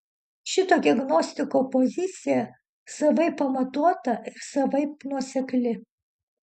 šitokia gnostiko pozicija savaip pamatuota ir savaip nuosekli